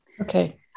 Okay